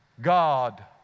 God